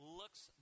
looks